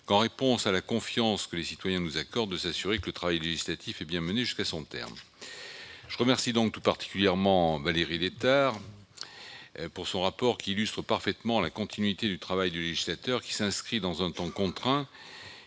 en réponse à la confiance que nos concitoyens nous accordent, de s'assurer que le travail législatif est bien mené jusqu'à son terme. Je remercie donc tout particulièrement Valérie Létard pour son rapport, qui illustre parfaitement la continuité du travail du législateur. Ce travail s'inscrit dans un temps contraint